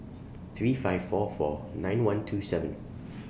three five four four nine one two seven